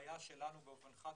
ההנחיה שלנו באופן חד-משמעי,